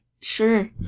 Sure